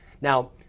Now